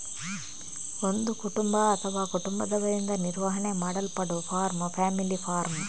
ಒಂದು ಕುಟುಂಬ ಅಥವಾ ಕುಟುಂಬದವರಿಂದ ನಿರ್ವಹಣೆ ಮಾಡಲ್ಪಡುವ ಫಾರ್ಮ್ ಫ್ಯಾಮಿಲಿ ಫಾರ್ಮ್